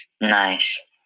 Nice